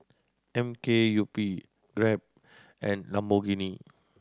M K U P Grab and Lamborghini